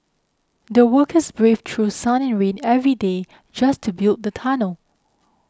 the workers braved through sun and rain every day just to build the tunnel